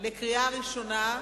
לקריאה ראשונה.